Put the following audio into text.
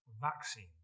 vaccine